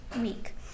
week